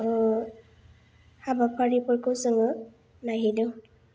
हाबाफारिफोरखौ जोङो नायहैदों